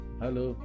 hello